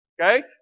Okay